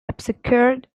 obscured